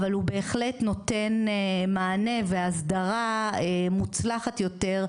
אבל הוא בהחלט נותן מענה והסדרה מוצלחת יותר,